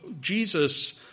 Jesus